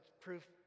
proof